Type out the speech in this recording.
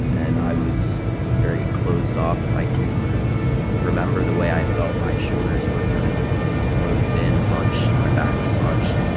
and i was very closed off. i can remember the way i felt my shoulders were kind of closed in, hunched. my back was hunched.